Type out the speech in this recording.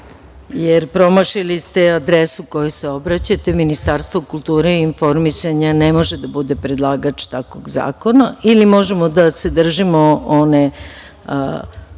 ste promašili adresu kojoj se obraćate. Ministarstvo kulture i informisanja ne može da bude predlagač takvog zakona. Ili, možemo da se držimo one